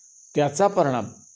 त्याचा परिणाम